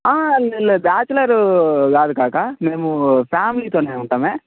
లే లే బ్యాచిలర్ కాదు కాకా మేము ఫ్యామిలీతోనే ఉంటామే